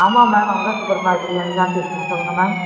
ஆமாம் ma'am Amudha super மார்க்கெட்லருந்து தான் பேசுகிறோம் சொல்லுங்கள் மேம்